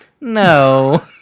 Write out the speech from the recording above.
no